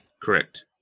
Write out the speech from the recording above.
Correct